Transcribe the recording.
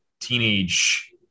teenage